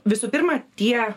visų pirma tie